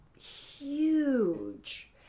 huge